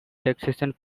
taxation